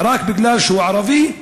רק בגלל שהוא ערבי.